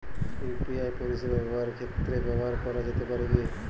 UPI পরিষেবা ব্যবসার ক্ষেত্রে ব্যবহার করা যেতে পারে কি?